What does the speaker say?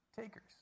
takers